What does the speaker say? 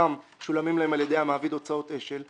עבודתם משולמים להם על ידי המעביד הוצאות אש"ל.